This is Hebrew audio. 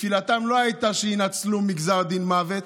תפילתם לא הייתה שיינצלו מגזר דין מוות,